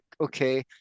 okay